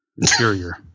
Interior